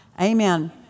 Amen